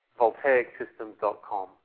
Voltaicsystems.com